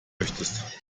möchtest